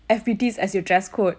F_B_T as your dress code